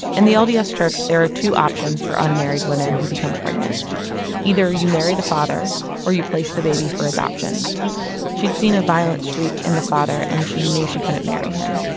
and the lds church, there are two options for unmarried women who become pregnant either you marry the father or you place the baby for adoption she'd seen a violent streak in the father and knew she couldn't marry him.